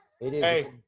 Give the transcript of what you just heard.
Hey